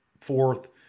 fourth